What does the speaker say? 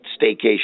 staycation